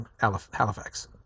Halifax